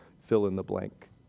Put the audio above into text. fill-in-the-blank